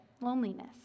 loneliness